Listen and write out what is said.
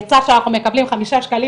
יוצא שאנחנו מקבלים חמישה שקלים